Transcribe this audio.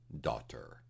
daughter